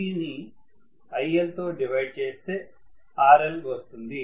Vt నిIL తో divide చేస్తే RL వస్తుంది